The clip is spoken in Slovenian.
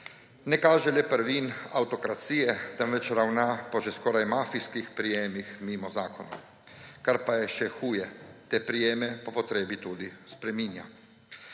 Ne kaže le prvin avtokracije, temveč ravna po že skoraj mafijskih prijemih mimo zakonov. Kar pa je še huje, te prijeme po potrebi tudi spreminja.